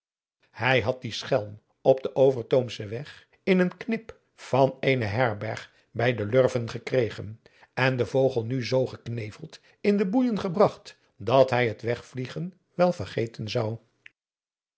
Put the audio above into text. hij had dien schelm op den overtoomschen weg in een knip van eene herberg bij de lurven gekregen en den vogel nu zoo gekneveld in de boeijen gebragt dat hij het wegvliegen wel vergeten zou